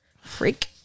Freak